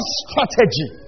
strategy